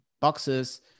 boxes